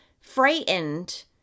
frightened